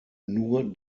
nur